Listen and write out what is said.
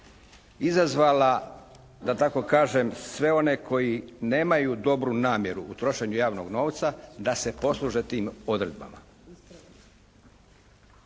izazvala da tako kažem sve one koji nemaju dobru namjeru u trošenju javnog novca da se posluže tim odredbama.